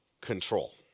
control